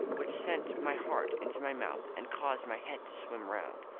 which sent my heart into my mouth and caused my head to swim round.